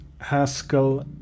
Haskell